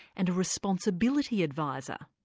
and a responsibility adviser.